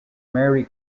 mary